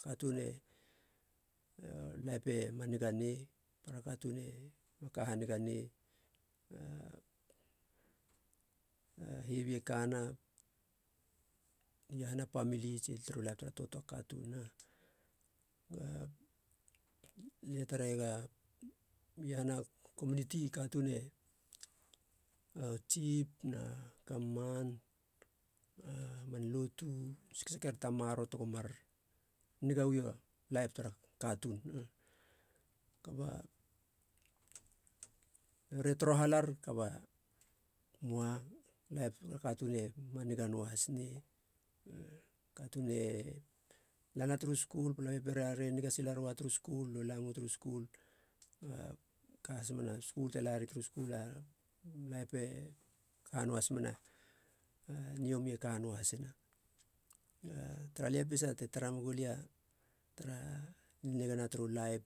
katuun e laip ema niga nei para katuun ema ka haniga nei, a hebi e kana iahana, pamili tsi turu laip tara töyöa katuun a lie tareiega iahana komuniti, katuun e a tsip na govman na man lotu sekseker ta maroro tego mar nigau laip tara katuun, kaba nori e torohalar kaba moa, laip tara katuun ema niga noa hasne, a katuun e lana turu skul, palabi e pera re niga sila roa turu skul, lö lama turu skul a ka has mena skul te lari turu skul, a laip e kanua has mena a niomi e ka noahasina a tara lia pesa te tara uagu lia tara a nigana turu laip